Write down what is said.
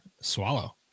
swallow